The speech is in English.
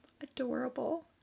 Adorable